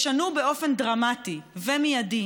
ישנו באופן דרמטי ומיידי